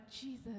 Jesus